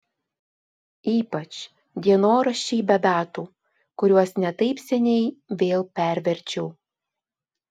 ypač dienoraščiai be datų kuriuos ne taip seniai vėl perverčiau